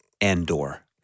Andor